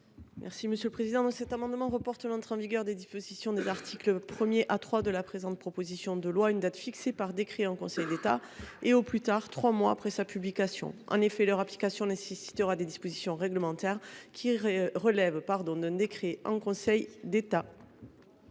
Mme la rapporteure. Cet amendement vise à reporter l’entrée en vigueur des dispositions des articles 1 à 3 de la présente proposition de loi à une date fixée par décret en Conseil d’État et au plus tard trois mois après sa publication. En effet, leur application nécessitera des dispositions réglementaires qui relèvent d’un décret en Conseil d’État.